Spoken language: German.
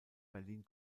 berlin